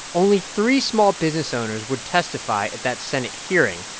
only three small business owners would testify at that senate hearing,